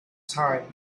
time